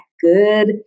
good